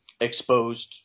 exposed